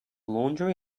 laundry